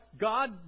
God